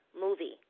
movie